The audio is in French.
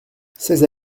seize